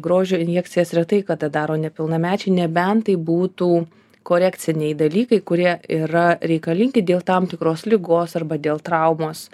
grožio injekcijas retai kada daro nepilnamečiai nebent tai būtų korekciniai dalykai kurie yra reikalingi dėl tam tikros ligos arba dėl traumos